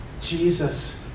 Jesus